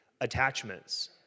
attachments